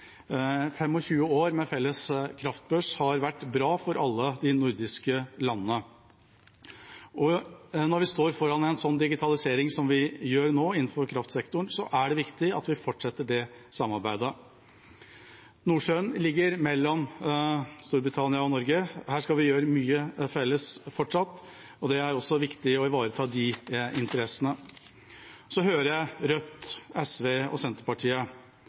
år med felles kraftbørs har vært bra for alle de nordiske landene. Når vi står foran en slik digitalisering som vi nå gjør innenfor kraftsektoren, er det viktig at vi fortsetter det samarbeidet. Nordsjøen ligger mellom Storbritannia og Norge, og her skal vi fortsatt gjøre mye felles. Det er også viktig å ivareta de interessene. Så hører jeg Rødt, SV og Senterpartiet.